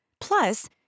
Plus